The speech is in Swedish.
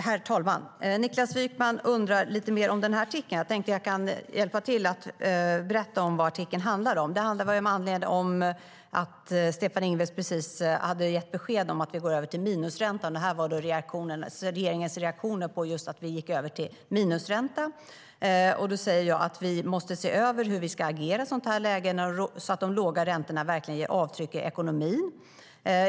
Herr talman! Niklas Wykman undrade över artikeln. Jag kan berätta vad den handlar om. Artikeln publicerades med anledning av att Stefan Ingves precis hade lämnat besked om att vi skulle gå över till minusränta. Detta var regeringens reaktion på den övergången. Jag sa att vi måste se över hur vi ska agera i ett sådant här läge så att de låga räntorna verkligen ger avtryck i ekonomin.